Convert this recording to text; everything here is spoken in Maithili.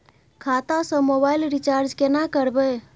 खाता स मोबाइल रिचार्ज केना करबे?